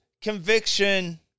conviction